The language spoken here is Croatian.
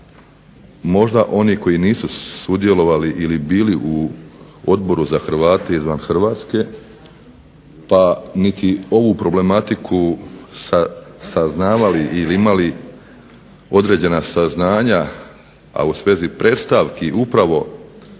možda oni koji nisu sudjelovali ili bili u Odboru za Hrvate izvan Hrvatske da niti ovu problematiku saznavali ili imali određena saznanja, a u svezi predstavki upravo